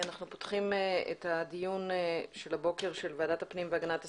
אנחנו פותחים את ישיבת ועדת הפנים והגנת הסביבה.